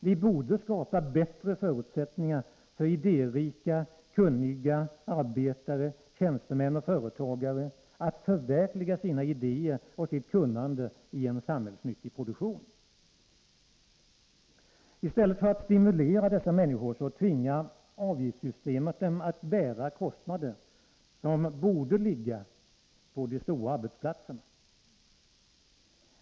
Vi borde skapa bättre förutsättningar för idérika och kunniga arbetare, tjänstemän och företagare att förverkliga sina idéer och sitt kunnande i en samhällsnyttig produktion. I stället för att stimulera dessa människor tvingar avgiftssystemet dem att bära kostnader som borde ligga på de stora arbetsplatserna.